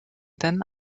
then